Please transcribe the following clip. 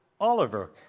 Oliver